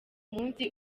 munsi